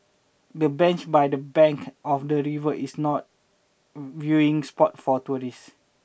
the bench by the bank of the river is not viewing spot for tourists